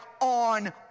on